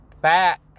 back